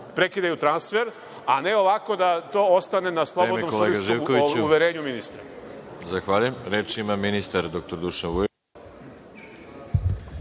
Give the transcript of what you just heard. prekidaju transfer, a ne ovako da to ostane na slobodno uverenje ministra.